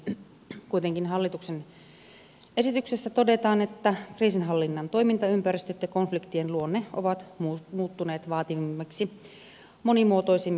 kuitenkin hallituksen esityksessä todetaan että kriisinhallinnan toimintaympäristöt ja konfliktien luonne ovat muuttuneet vaativammiksi monimuotoisemmiksi haastavammiksi